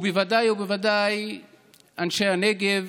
ובוודאי ובוודאי אנשי הנגב,